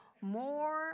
more